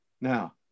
Now